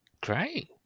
Great